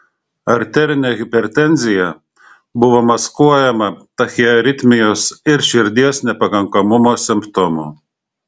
arterinė hipertenzija buvo maskuojama tachiaritmijos ir širdies nepakankamumo simptomų